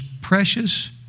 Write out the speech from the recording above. precious